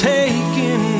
taken